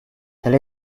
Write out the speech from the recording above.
tell